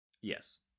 Yes